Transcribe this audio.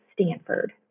Stanford